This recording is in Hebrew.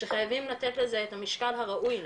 שחייבים לתת לזה את המשקל הראוי לזה.